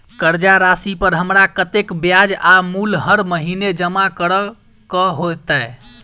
कर्जा राशि पर हमरा कत्तेक ब्याज आ मूल हर महीने जमा करऽ कऽ हेतै?